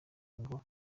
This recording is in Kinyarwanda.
ngo